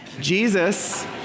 Jesus